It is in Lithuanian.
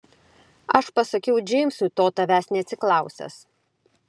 aš pasakiau džeimsui to tavęs neatsiklausęs